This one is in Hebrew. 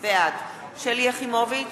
בעד שלי יחימוביץ,